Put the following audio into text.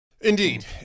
Indeed